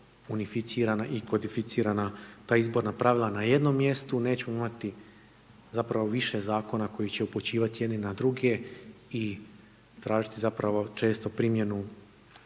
unificirana i kodificirana ta izborna pravila na jednom mjestu, nećemo imati zapravo više zakona koji će upućivati jedni na druge i tražiti zapravo često primjenu